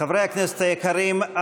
חברי הכנסת היקרים,